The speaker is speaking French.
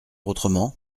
autrement